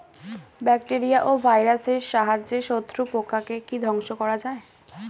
Bacteria ও ভাইরাসের সাহায্যে শত্রু পোকাকে কি ধ্বংস করা যায়?